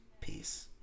Peace